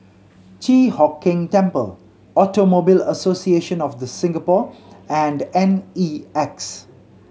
Chi Hock Keng Temple Automobile Association of The Singapore and N E X